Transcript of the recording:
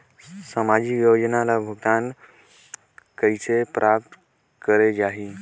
समाजिक योजना ले भुगतान कइसे प्राप्त करे जाहि?